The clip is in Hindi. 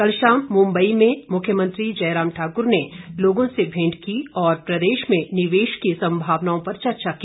कल शाम मुंबई में मुख्यमंत्री जयराम ठाकुर ने लोगों से भेंट की और प्रदेश में निवेश की संभावनाओं पर चर्चा की